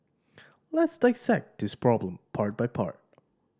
let's dissect this problem part by part